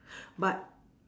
but